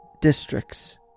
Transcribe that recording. districts